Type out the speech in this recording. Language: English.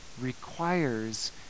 requires